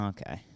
Okay